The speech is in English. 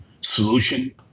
solution